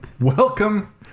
Welcome